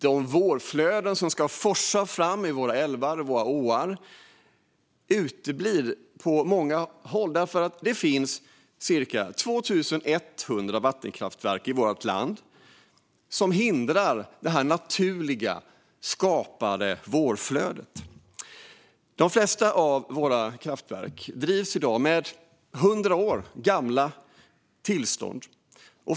De vårflöden som ska forsa fram i älvar och åar uteblir på många håll, eftersom det finns cirka 2 100 vattenkraftverk i vårt land som hindrar det naturligt skapade vårflödet. De flesta av våra kraftverk drivs i dag med 100 år gamla tillstånd.